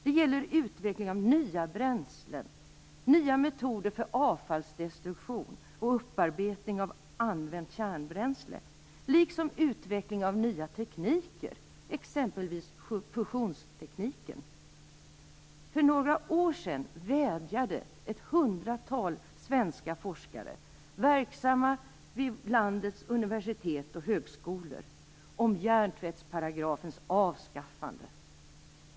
Det gäller utveckling av nya bränslen, nya metoder för avfallsdestruktion och upparbetning av använt kärnbränsle samt utveckling av nya tekniker, exempelvis fusionstekniken. För några år sedan vädjade ett hundratal svenska forskare, verksamma vid landets universitet och högskolor, om hjärntvättsparagrafens avskaffande.